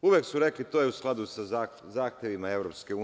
Uvek su rekli - to je u skladu sa zahtevima EU.